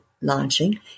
launching